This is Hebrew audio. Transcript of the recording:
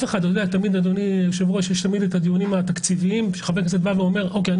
תמיד יש את הדיונים התקציביים כשחבר כנסת בא ואומר שהוא